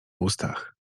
ustach